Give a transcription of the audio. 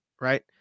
right